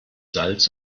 salz